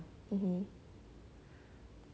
mmhmm